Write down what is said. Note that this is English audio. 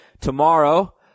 tomorrow